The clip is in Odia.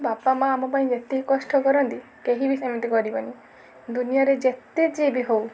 ବାପା ମାଆ ଆମ ପାଇଁ ଯେତିକି କଷ୍ଟ କରନ୍ତି କେହି ବି ଏମିତି କରିବେନି ଦୁନିଆରେ ଯେତେ ଯିଏ ବି ହଉ